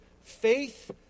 faith